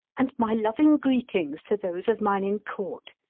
and my loving greetings to those of mine in court.